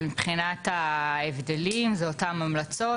מבחינת ההבדלים זה אותן המלצות.